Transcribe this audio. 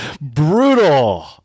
brutal